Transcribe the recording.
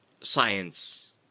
science